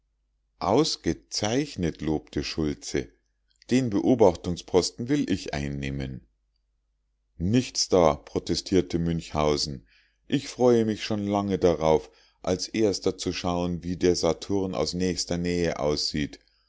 ausgezeichnet lobte schultze den beobachtungsposten will ich einnehmen nichts da protestierte münchhausen ich freue mich schon lange darauf als erster zu schauen wie der saturn aus nächster nähe aussieht